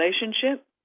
relationship